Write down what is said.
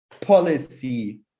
policy